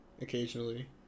occasionally